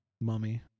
mummy